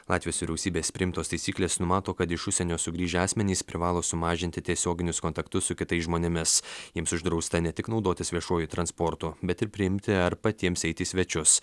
latvijos vyriausybės priimtos taisyklės numato kad iš užsienio sugrįžę asmenys privalo sumažinti tiesioginius kontaktus su kitais žmonėmis jiems uždrausta ne tik naudotis viešuoju transportu bet ir priimti ar patiems eiti į svečius